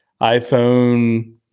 iPhone